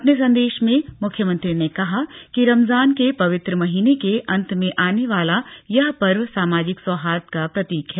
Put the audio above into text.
अपने संदेश में मुख्यमंत्री ने कहा कि रमजान के पवित्र महीने के अंत में आने वाला यह पर्व सामाजिक सौहार्द का प्रतीक है